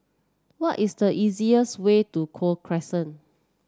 what is the easiest way to Gul Crescent